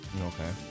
okay